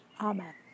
Amen